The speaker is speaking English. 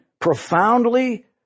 profoundly